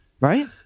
Right